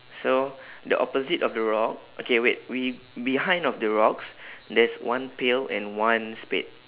so the opposite of the rock okay wait we behind of the rocks there's one pail and one spade